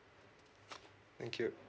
thank you